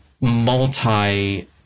multi